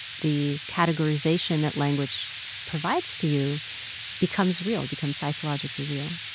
the categorization that language provides to you becomes real, becomes psychologically real